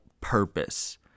purpose